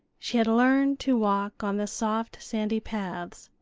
she had learned to walk on the soft sandy paths,